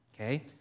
Okay